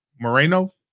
Moreno